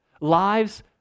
Lives